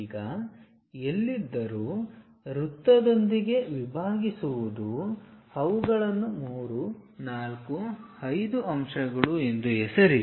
ಈಗ ಎಲ್ಲಿದ್ದರೂ ವೃತ್ತದೊಂದಿಗೆ ವಿಭಾಗಿಸುವುದು ಅವುಗಳನ್ನು 3 4 5 ಅಂಶಗಳು ಎಂದು ಹೆಸರಿಸಿ